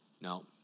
No